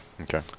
Okay